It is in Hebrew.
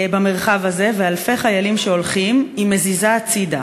"במרחב הזה, ואלפי חיילים שהולכים היא מזיזה הצדה.